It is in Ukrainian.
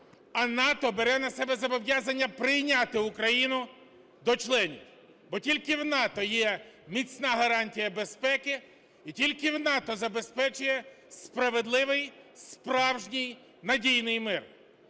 а НАТО бере на себе зобов'язання прийняти Україну до членів. Бо тільки в НАТО є міцна гарантія безпеки і тільки НАТО забезпечує справедливий, справжній, надійний мир.